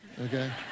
okay